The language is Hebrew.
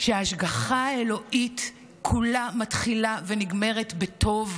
שההשגחה האלוהית כולה מתחילה ונגמרת בטוב,